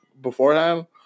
beforehand